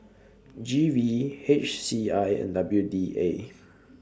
G V H C I and W D A